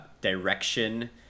direction